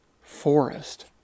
forest